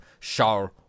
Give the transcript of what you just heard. Charles